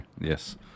Yes